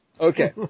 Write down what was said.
Okay